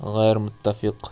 غیرمتفق